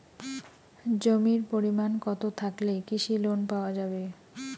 জমির পরিমাণ কতো থাকলে কৃষি লোন পাওয়া যাবে?